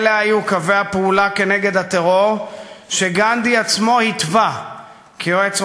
היא נבעה מן הרצון של ארגוני הטרור באינתיפאדה השנייה